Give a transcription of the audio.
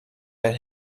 had